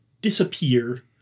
disappear